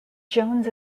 jones